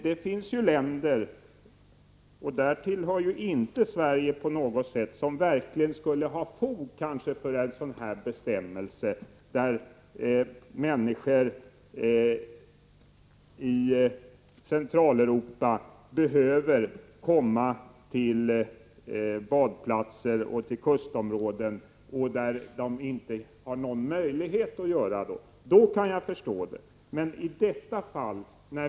Det finns ju länder — till dem hör alls icke Sverige — där det verkligen skulle finnas fog för en sådan här bestämmelse, länder i Centraleuropa där människorna behöver komma till badplatser och kustområden och där de inte har någon möjlighet till det. I sådana fall kan jag förstå att man behöver ha ett skydd.